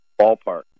ballpark